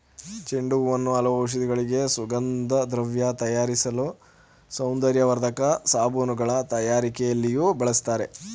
ಚೆಂಡು ಹೂವನ್ನು ಹಲವು ಔಷಧಿಗಳಿಗೆ, ಸುಗಂಧದ್ರವ್ಯ ತಯಾರಿಸಲು, ಸೌಂದರ್ಯವರ್ಧಕ ಸಾಬೂನುಗಳ ತಯಾರಿಕೆಯಲ್ಲಿಯೂ ಬಳ್ಸತ್ತರೆ